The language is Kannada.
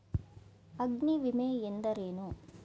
ಅಗ್ನಿವಿಮೆ ಎಂದರೇನು?